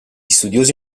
studiosi